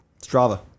Strava